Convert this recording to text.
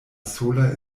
sola